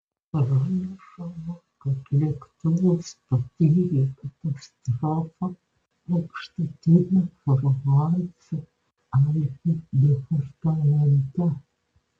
pranešama kad lėktuvas patyrė katastrofą aukštutinio provanso alpių departamente